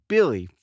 Billy